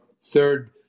third